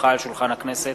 הונחה על שולחן הכנסת,